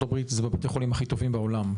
וזה היה בבתי החולים הכי טובים בעולם,